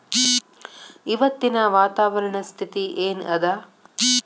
ಇವತ್ತಿನ ವಾತಾವರಣ ಸ್ಥಿತಿ ಏನ್ ಅದ?